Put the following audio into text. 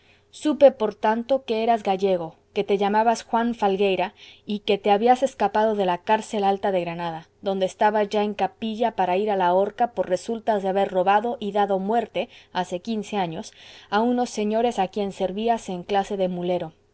supe por tanto que eras gallego que te llamabas juan falgueira y que te habías escapado de la cárcel alta de granada donde estabas ya en capilla para ir a la horca por resultas de haber robado y dado muerte hace quince años a unos señores a quienes servías en clase de mulero